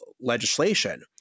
legislation